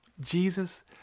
Jesus